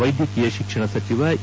ವೈದ್ಯಕೀಯ ಶಿಕ್ಷಣ ಸಚಿವ ಇ